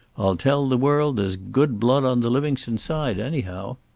i'll tell the world there's good blood on the livingstone side, anyhow.